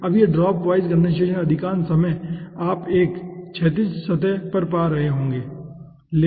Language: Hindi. अब यह ड्रॉप वाइज कंडेनसेशन अधिकांश समय आप एक क्षैतिज सतह पर पा रहे होंगे ठीक है